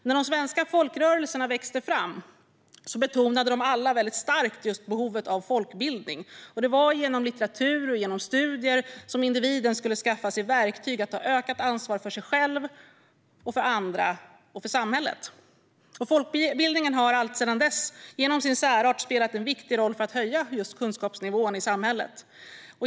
När de svenska folkrörelserna växte fram betonade de alla väldigt starkt just behovet av folkbildning. Det var genom litteratur och genom studier som individen skulle skaffa sig verktyg för att ta ökat ansvar för sig själv, för andra och för samhället. Folkbildningen har alltsedan dess genom sin särart spelat en viktig roll för att höja just kunskapsnivån i samhället.